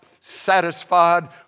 satisfied